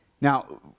now